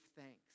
thanks